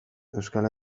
euskal